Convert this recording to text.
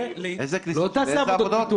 איזה עבודות?